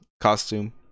costume